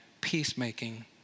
peacemaking